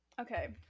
Okay